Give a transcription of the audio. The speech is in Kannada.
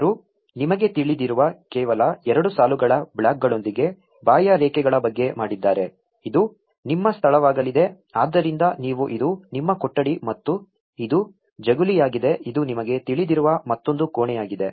ಅವರು ನಿಮಗೆ ತಿಳಿದಿರುವ ಕೇವಲ ಎರಡು ಸಾಲುಗಳ ಬ್ಲಾಕ್ಗಳೊಂದಿಗೆ ಬಾಹ್ಯರೇಖೆಗಳ ಬಗ್ಗೆ ಮಾಡಿದ್ದಾರೆ ಇದು ನಿಮ್ಮ ಸ್ಥಳವಾಗಲಿದೆ ಆದ್ದರಿಂದ ನೀವು ಇದು ನಿಮ್ಮ ಕೊಠಡಿ ಮತ್ತು ಇದು ಜಗುಲಿಯಾಗಿದೆ ಇದು ನಿಮಗೆ ತಿಳಿದಿರುವ ಮತ್ತೊಂದು ಕೋಣೆಯಾಗಿದೆ